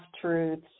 truths